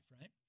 right